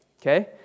Okay